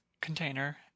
container